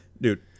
dude